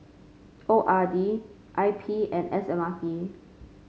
O R D I P and S M R T